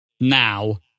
now